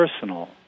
personal